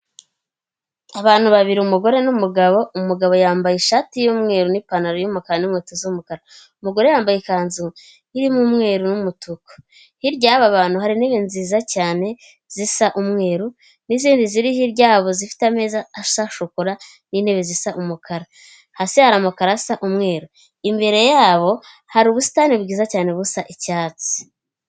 Abantu babiri umugore n'umugabo; umugabo yambaye ishati y'umweru nipantaro y'umukara n'inkweto z'umukara, umugore yambaye ikanzu irimo umweru n'umutuku hirya hakaba hari intebe nziza cyane zisa umweru n'izindi ziri hirya yabobo zifite ameza asa shokora n'intebe zisa umukara, hasi hari amakaro asa umweru, imbere yabo hari ubusitani bwiza cyane busa icyatsi.